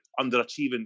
underachieving